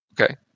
Okay